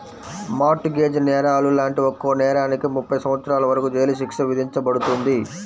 mart gauge నేరాలు లాంటి ఒక్కో నేరానికి ముప్పై సంవత్సరాల వరకు జైలు శిక్ష విధించబడుతుంది